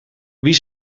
wie